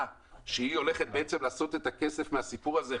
שהולכת לעשות את הכסף מהסיפור הזה,